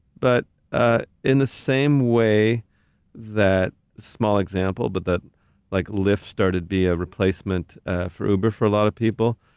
but ah in the same way that, small example, but that like lyft started to be a replacement for uber for a lot of people,